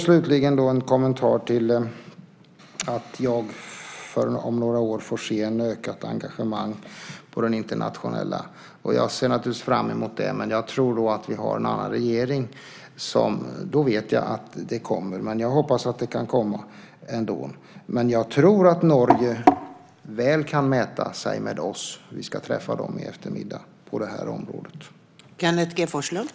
Slutligen en kommentar till att jag om några år får se ett ökat engagemang på det internationella området. Jag ser naturligtvis fram emot det. Men jag tror att vi då har en annan regering. Då vet jag att det kommer, men jag hoppas att det kan komma ändå. Men jag tror att Norge väl kan mäta sig med oss på det här området. Vi ska träffa norrmännen i eftermiddag.